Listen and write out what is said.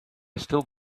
still